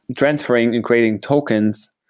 transferring and creating tokens,